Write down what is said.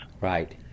Right